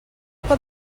pot